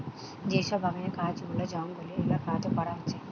যে সব বাগানের কাজ গুলা জঙ্গলের এলাকাতে করা হচ্ছে